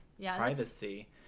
privacy